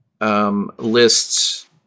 lists